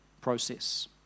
process